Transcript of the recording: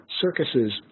circuses